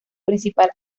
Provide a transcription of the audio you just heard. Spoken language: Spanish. principal